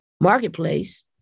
marketplace